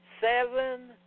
seven